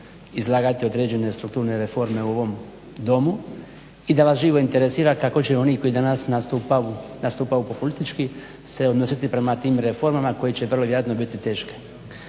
izlagati određene strukturne reforme u ovom Domu i da vas živo interesira kako će oni koji danas nastupaju populistički se odnositi prema tim reformama koje će vrlo vjerojatno biti teške.